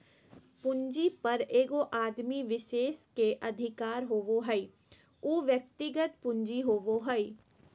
पूंजी पर एगो आदमी विशेष के अधिकार होबो हइ उ व्यक्तिगत पूंजी होबो हइ